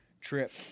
trip